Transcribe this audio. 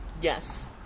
Yes